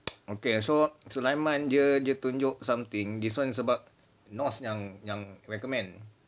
okay so sulaiman dia dia tunjuk something this [one] is about naz yang recommend